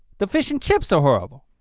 the fish and chips are horrible.